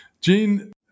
Gene